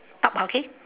up okay